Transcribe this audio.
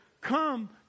come